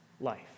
life